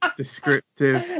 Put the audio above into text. descriptive